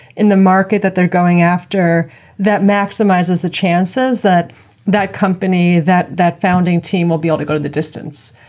in the market that they're going after that maximizes the chances that that company, that that founding team will be able to go to the distance.